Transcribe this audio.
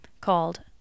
called